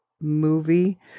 movie